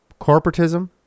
corporatism